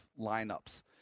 lineups